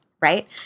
Right